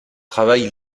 travail